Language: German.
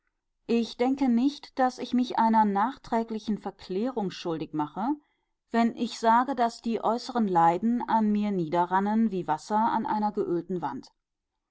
ich denke nicht daß ich mich einer nachträglichen verklärung schuldig mache wenn ich sage daß die äußeren leiden an mir niederrannen wie wasser an einer geölten wand